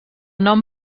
nom